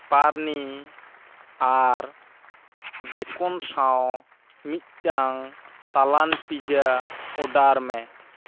pepperoni ᱟᱨ ᱵᱮᱠᱚᱱ ᱥᱟᱶ ᱢᱤᱫᱴᱟᱝ ᱛᱟᱞᱟᱱ ᱯᱤᱡᱟ ᱚᱰᱟᱨᱢᱮ